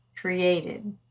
created